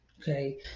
okay